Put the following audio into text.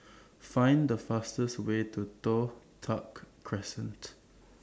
Find The fastest Way to Toh Tuck Crescent